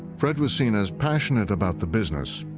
fred was seen as passionate about the business,